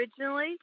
originally